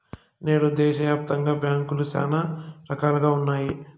నేడు దేశాయాప్తంగా బ్యాంకులు శానా రకాలుగా ఉన్నాయి